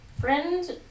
Friend